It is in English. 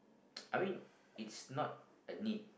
I mean it's not a need